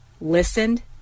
listened